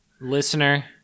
listener